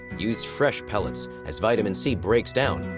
use fresh pellets, as vitamin c breaks down,